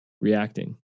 reacting